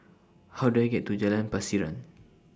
How Do I get to Jalan Pasiran